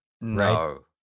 No